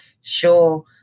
Sure